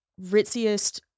ritziest